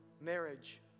marriage